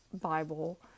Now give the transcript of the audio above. Bible